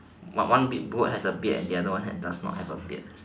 one one big goat has a beard and the other one has does not have a beard